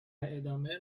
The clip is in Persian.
ادامه